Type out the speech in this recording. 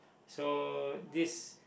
so this